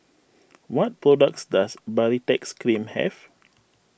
what products does Baritex Cream have